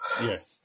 Yes